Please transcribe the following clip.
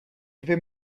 dvě